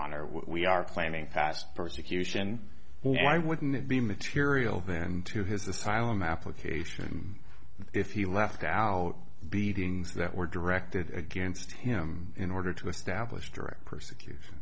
honor we are planning past persecution why wouldn't it be material then to his asylum application if he left out beatings that were directed against him in order to establish direct persecution